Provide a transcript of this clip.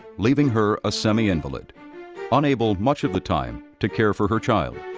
leaving her a semi-invalid unable, much of the time, to care for her child.